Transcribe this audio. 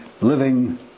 living